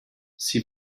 sie